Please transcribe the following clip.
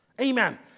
Amen